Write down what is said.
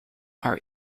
are